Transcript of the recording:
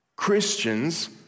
Christians